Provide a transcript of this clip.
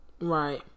Right